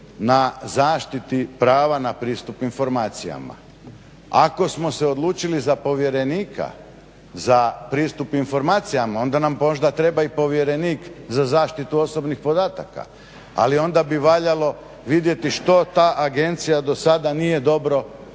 na zaštiti prava na pristup informacijama. Ako smo se odlučili za povjerenika za pristup informacijama, onda nam možda treba i povjerenik za zaštitu osobnih podataka. Ali onda bi valjalo vidjeti što ta agencija do sada nije dobro učinila